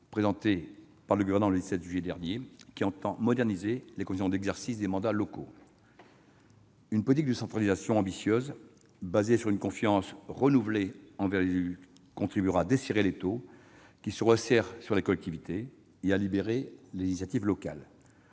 présenté par le Gouvernement le 17 juillet dernier, qui tend à moderniser les conditions d'exercice des mandats locaux. Une politique de décentralisation ambitieuse fondée sur une confiance renouvelée à l'égard des élus contribuera à desserrer l'étau qui se resserre sur les collectivités et à libérer les initiatives locales.